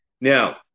Now